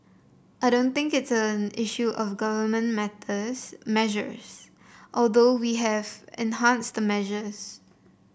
I don't think it is an issue of government methods measures although we have enhanced the measures